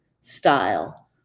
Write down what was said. style